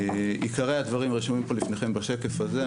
עיקרי הדברים רשומים פה לפניכם בשקף הזה,